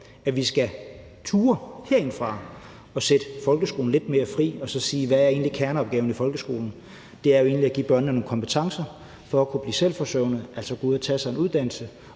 skal turde at sætte folkeskolen lidt mere fri og så sige, hvad kerneopgaven egentlig er i folkeskolen, og det er at give børnene nogle kompetencer til at kunne blive selvforsørgende, altså gå ud og tage sig en uddannelse